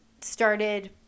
started